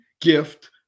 gift